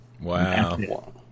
Wow